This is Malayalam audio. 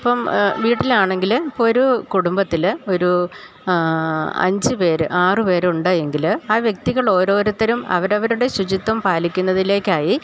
ഇപ്പം വീട്ടിലാണെങ്കില് ഇപ്പോൾ ഒരു കുടുംബത്തില് ഒരു അഞ്ച് പേര് ആറു പേര് ഉണ്ടെയെങ്കില് ആ വ്യക്തികൾ ഓരോരുത്തരും അവരവരുടെ ശുചിത്വം പാലിക്കുന്നതിലേക്കായി